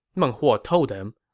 meng huo told them,